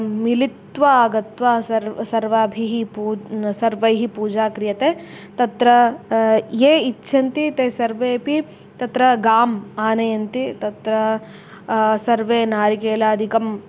मिलित्वा आगत्य सर्व सर्वाभिः पून् सर्वैः पूजा क्रियते तत्र ये इच्छन्ति ते सर्वेपि तत्र गाम् आनयन्ति तत्र सर्वे नारिकेलादिकम्